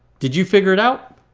did you figure it out?